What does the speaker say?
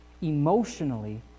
emotionally